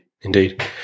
indeed